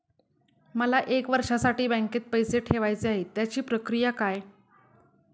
मला एक वर्षासाठी बँकेत पैसे ठेवायचे आहेत त्याची प्रक्रिया काय?